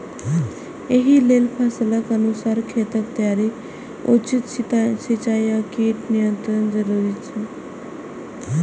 एहि लेल फसलक अनुसार खेतक तैयारी, उचित सिंचाई आ कीट नियंत्रण जरूरी छै